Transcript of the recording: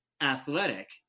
athletic